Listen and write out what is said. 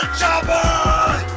chopper